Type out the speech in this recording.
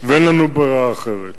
ואין לנו ברירה אחרת.